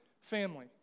family